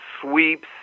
sweeps